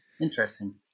Interesting